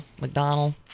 McDonald